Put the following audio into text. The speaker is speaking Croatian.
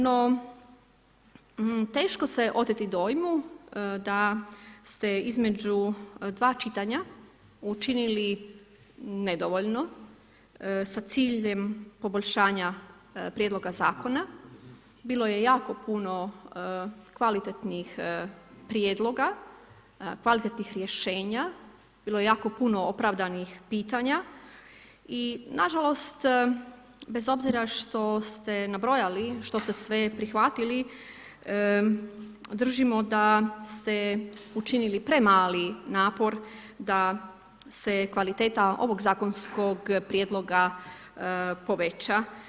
No, teško se oteti dojmu, da ste između 2 čitanja učinili nedovoljno, sa ciljem poboljšanja prijedloga zakona, bilo je jako puno kvalitetnih prijedloga, kvalitetnih rješenja, bilo je jako puno opravdanih pitanja i nažalost, bez obzira što ste nabrojali, što ste sve prihvatili, držimo da ste učinili premali napor, da se kvaliteta ovog zakonskog prijedloga poveća.